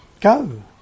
Go